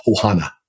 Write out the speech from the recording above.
Ohana